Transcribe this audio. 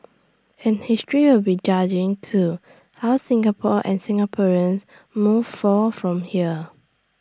and history will be judging too how Singapore and Singaporeans move forth from here